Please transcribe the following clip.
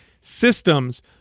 systems